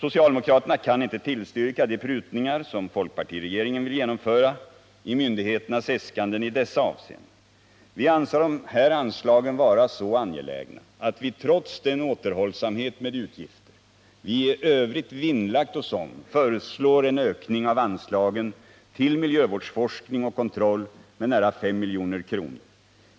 Socialdemokraterna kan inte tillstyrka de prutningar som folkpartiregeringen vill genomföra i myndigheternas äskanden i dessa avseenden. Vi anser dessa anslag vara så angelägna att vi trots den återhållsamhet med utgifter som vi i övrigt vinnlagt oss om föreslår en ökning av anslagen till miljövårdsforskning och kontroll med nära 5 milj.kr.